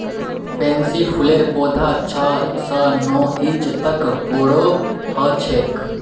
pansy फूलेर पौधा छह स नौ इंच तक बोरो ह छेक